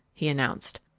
he announced.